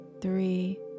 three